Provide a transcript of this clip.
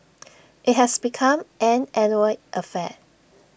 IT has become an annual affair